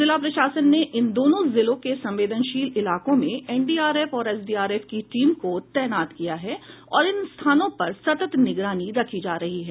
जिला प्रशासन ने इन दोनों जिलों के संवेदनशील इलाकों में एनडीआरएफ और एसडीआरएफ की टीम को तैनात किया है और इन स्थानों पर सतत निगरानी रखी जा रही है